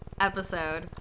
episode